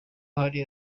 hari